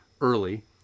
early